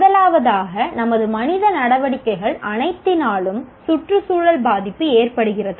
முதலாவதாக நமது மனித நடவடிக்கைகள் அனைத்தினாலும் சுற்றுச்சூழல் பாதிப்பு ஏற்படுகிறது